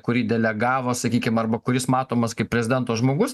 kurį delegavo sakykim arba kuris matomas kaip prezidento žmogus